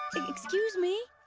excuse me!